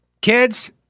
Kids